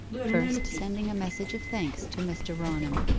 first sending a message of thanks to mr. raunham,